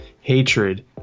hatred